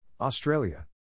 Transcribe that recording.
Australia